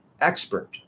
expert